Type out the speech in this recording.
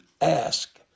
ask